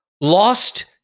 Lost